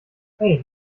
hey